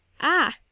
Ah